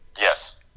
Yes